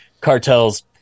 cartels